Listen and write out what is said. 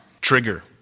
Trigger